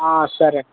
సరే